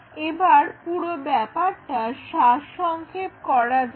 এবার পুরো ব্যাপারটার সারসংক্ষেপ করা যাক